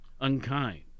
unkind